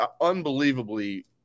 unbelievably